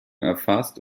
erfasst